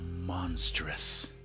monstrous